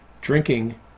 drinking